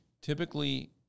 typically